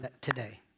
today